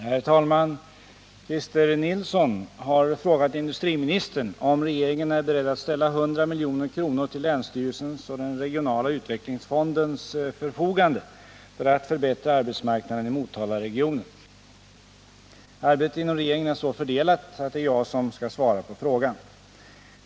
Herr talman! Christer Nilsson har frågat industriministern om regeringen är beredd att ställa 100 milj.kr. till länsstyrelsens och den regionala utvecklingsfondens förfogande för att förbättra arbetsmarknaden i Motalaregionen. Arbetet inom regeringen är så fördelat att det är jag som skall svara på frågan.